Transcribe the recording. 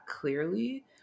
clearly